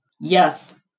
Yes